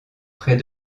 près